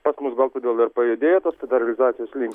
pas mus gal todėl ir pajudėjo tos federalizacijos linija